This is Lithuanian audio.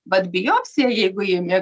vat biopsija jeigu imi